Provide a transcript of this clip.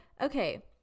okay